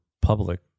public